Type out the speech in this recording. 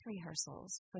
rehearsals